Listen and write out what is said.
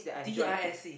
D I S E